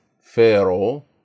Pharaoh